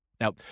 Now